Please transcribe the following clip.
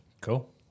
Cool